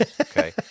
okay